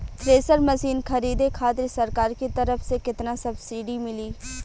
Thresher machine खरीदे खातिर सरकार के तरफ से केतना सब्सीडी मिली?